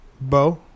Bo